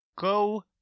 go